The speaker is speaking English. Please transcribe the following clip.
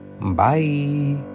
bye